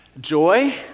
joy